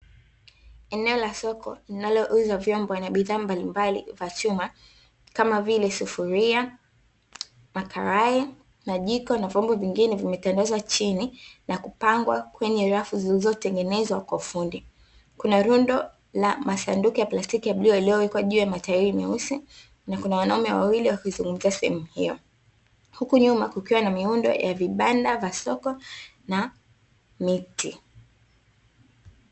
Eneo la soko linalouza vyombo na bidhaa mbalimbali za chuma, kama vile sufuria, makarai na jiko, na vyombo; vingine vimetandazwa chini na kupangwa kwenye rafu zilizotengenezwa kwa ufundi. Kuna rundo la masanduku ya plastiki yaliyowekwa juu ya matairi meusi, na kuna wanaume wawili wakizunguka sehemu hiyo, huku nyuma kukiwa na miundo ya vibanda vya soko na miti.